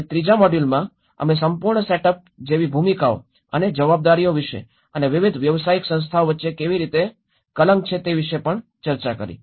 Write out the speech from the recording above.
અને ત્રીજા મોડ્યુલમાં અમે સંપૂર્ણ સેટઅપ જેવી ભૂમિકાઓ અને જવાબદારીઓ વિશે અને વિવિધ વ્યવસાયિક સંસ્થાઓ વચ્ચે કેવી રીતે કલંક છે તે વિશે પણ ચર્ચા કરી